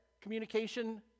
communication